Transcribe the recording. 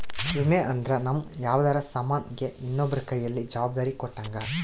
ವಿಮೆ ಅಂದ್ರ ನಮ್ ಯಾವ್ದರ ಸಾಮನ್ ಗೆ ಇನ್ನೊಬ್ರ ಕೈಯಲ್ಲಿ ಜವಾಬ್ದಾರಿ ಕೊಟ್ಟಂಗ